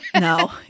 No